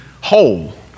whole